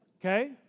Okay